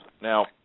Now